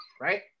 right